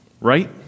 right